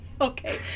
Okay